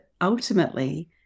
ultimately